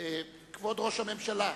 כבוד ראש הממשלה,